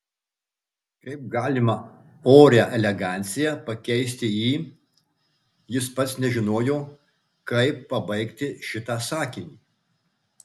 kaip galima orią eleganciją pakeisti į jis pats nežinojo kaip pabaigti šitą sakinį